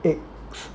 eggs